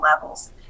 levels